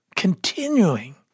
continuing